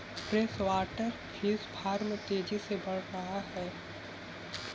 freshwater fish farm तेजी से बढ़ रहा है